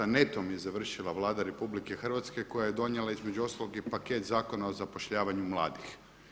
Netom je završila Vlada RH koja je donijela između ostalog i paket zakona o zapošljavanju mladih.